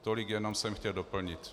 Tolik jenom jsem chtěl doplnit.